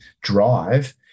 drive